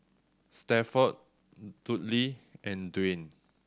Stafford Dudley and Dwain